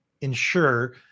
ensure